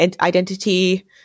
identity